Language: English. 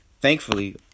Thankfully